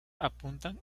apuntan